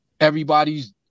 everybody's